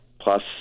Plus